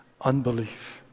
unbelief